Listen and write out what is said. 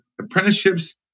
apprenticeships